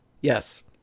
Yes